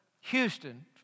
Houston